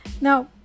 Now